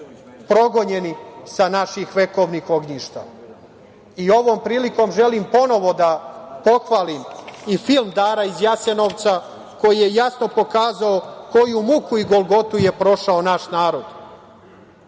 progonjeni sa naših vekovnih ognjišta. Ovom prilikom želim ponovo da pohvalim i film „Dara iz Jasenovca“ koji je jasno pokazao koju muku i golgotu je prošao naš narod. Prema